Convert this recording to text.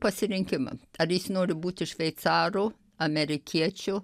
pasirinkimą ar jis nori būti šveicaru amerikiečiu